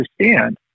understand